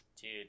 Dude